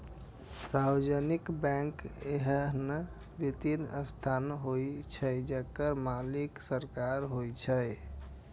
सार्वजनिक बैंक एहन वित्तीय संस्थान होइ छै, जेकर मालिक सरकार होइ छै